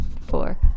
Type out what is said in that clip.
four